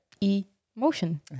E-motion